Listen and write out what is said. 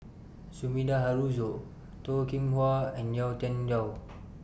Sumida Haruzo Toh Kim Hwa and Yau Tian Yau